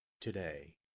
today